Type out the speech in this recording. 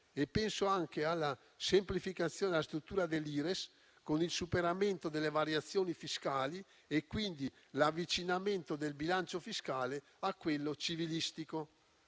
Penso anche alla semplificazione della struttura dell'Ires, con il superamento delle variazioni fiscali e quindi l'avvicinamento del bilancio fiscale a quello civilistico.